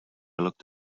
looked